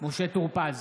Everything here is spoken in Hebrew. משה טור פז,